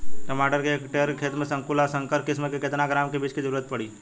टमाटर के एक हेक्टेयर के खेती में संकुल आ संकर किश्म के केतना ग्राम के बीज के जरूरत पड़ी?